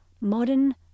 modern